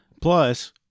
Plus